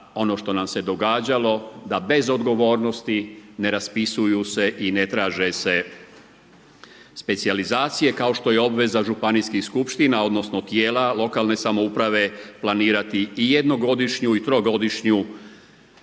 ono što nam se događalo, da bez odgovornosti, ne raspisuje se i ne traže se specijalizacija kao što je obveza županijskih skupština, odnosno, tijela lokalne samouprave, planirati i jednogodišnju i trogodišnju